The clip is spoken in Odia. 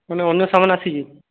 ମାନେ ଅନ୍ୟ ସାମାନ ଆସିଛି